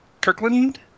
Kirkland